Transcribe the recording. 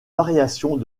variations